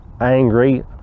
angry